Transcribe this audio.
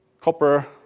copper